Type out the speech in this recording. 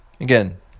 Again